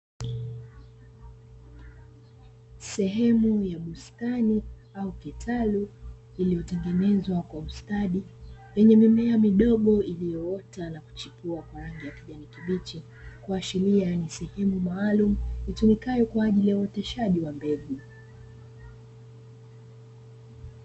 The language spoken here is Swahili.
Sehemu ya bustani au kitalu iliyotengenezwa kwa ustadi, yenye mimea midogo iliyoota na kuchipua kwa rangi ya kijani kibichi, kuashiria ni sehemu maalumu itumikayo kwa ajili ya uoteshaji wa mbegu.